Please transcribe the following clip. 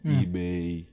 eBay